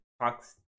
talks